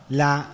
la